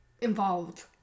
involved